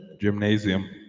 Gymnasium